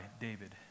David